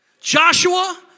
Joshua